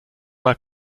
mal